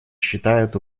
считает